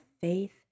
faith